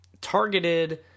targeted